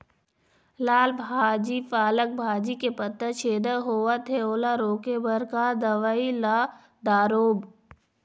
लाल भाजी पालक भाजी के पत्ता छेदा होवथे ओला रोके बर का दवई ला दारोब?